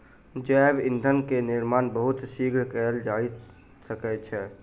जैव ईंधन के निर्माण बहुत शीघ्र कएल जा सकै छै